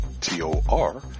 T-O-R